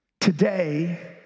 Today